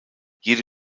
jede